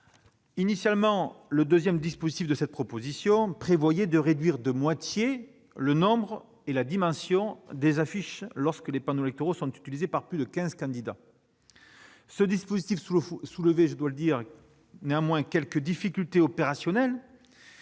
Initialement, le deuxième mécanisme prévu dans la proposition de loi prévoyait de réduire de moitié le nombre et la dimension des affiches lorsque les panneaux électoraux sont utilisés par plus de quinze candidats. Ce dispositif soulevait toutefois quelques difficultés opérationnelles